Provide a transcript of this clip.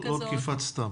לא תקיפה סתם.